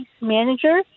manager